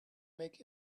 make